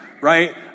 right